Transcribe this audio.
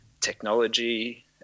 technology